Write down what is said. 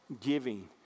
Giving